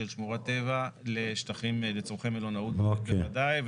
שמורת טבע לשטחים לצורכי מלונאות בוודאי,